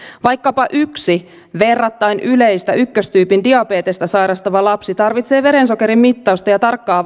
vaikkapa yksi verrattain yleistä ykköstyypin diabetesta sairastava lapsi tarvitsee verensokerin mittausta ja tarkkaa